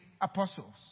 apostles